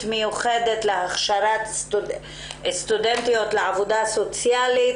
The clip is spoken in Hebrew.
מיוחדת להכשרת סטודנטיות לעבודה סוציאלית,